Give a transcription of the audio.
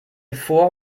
vor